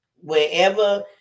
Wherever